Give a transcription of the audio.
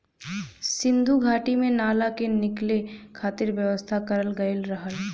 सिन्धु घाटी में नाला के निकले खातिर व्यवस्था करल गयल रहल